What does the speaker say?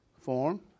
form